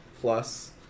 plus